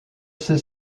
sait